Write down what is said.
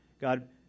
God